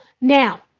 Now